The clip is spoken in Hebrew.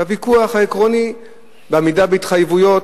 בוויכוח העקרוני על עמידה בהתחייבויות,